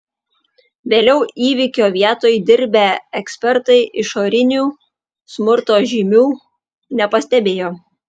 vėliau įvykio vietoj dirbę ekspertai išorinių smurto žymių nepastebėjo